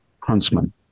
Huntsman